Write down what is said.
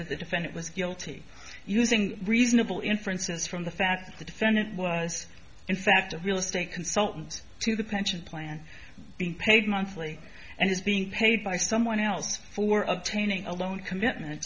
that the defendant was guilty using reasonable inferences from the fact that the defendant was in fact a real estate consultant to the pension plan being paid monthly and is being paid by someone else for obtaining a loan commitment